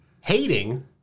hating